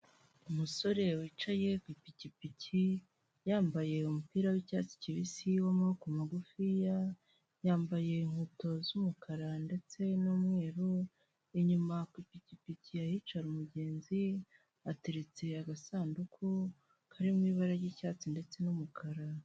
Umusore wicaye ku ipikipiki, yambaye umupira w'icyatsi kibisi w'amaboko magufiya, yambaye inkweto z'umukara, ndetse n'umweru, inyuma ku ipikipiki ahicara umugenzi hateretse agasanduku karirimo ibara ry'icyatsi ndetse n'umukara.